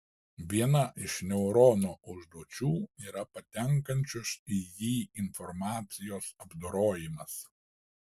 viena iš neurono užduočių yra patenkančios į jį informacijos apdorojimas